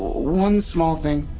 one small thing.